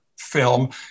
film